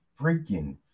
freaking